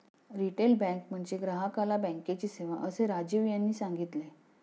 retail bank म्हणजे ग्राहकाला बँकेची सेवा, असे राजीव यांनी सांगितले